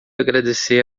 agradecer